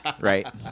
Right